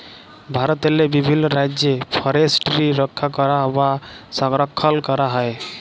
ভারতেরলে বিভিল্ল রাজ্যে ফরেসটিরি রখ্যা ক্যরা বা সংরখ্খল ক্যরা হয়